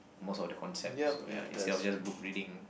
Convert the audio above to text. most of the concepts ya instead of just book reading